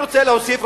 אני רוצה להוסיף,